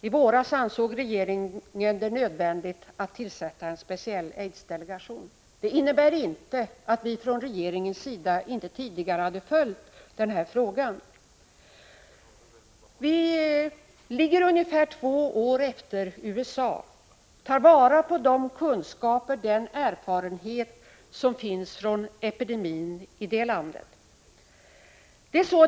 I våras ansåg regeringen det nödvändigt att tillsätta en speciell aidsdelegation, men det innebär inte att vi från regeringens sida inte tidigare har följt den här frågan. Vi ligger ungefär två år efter USA. Ta vara på de kunskaper och den erfarenhet som finns från epidemin i det landet!